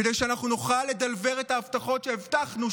כדי שאנחנו נוכל לְדַלְבֵר את ההבטחות שהבטחנו,